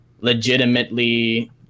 legitimately